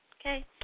okay